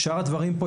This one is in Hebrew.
שאר הדברים כאן,